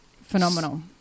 Phenomenal